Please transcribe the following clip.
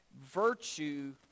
Virtue